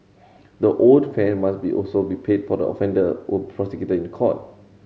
the owed fare must be also be paid for the offender or prosecuted in court